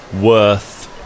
worth